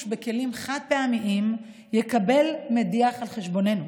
בכלים חד-פעמיים יקבל מדיח על חשבוננו.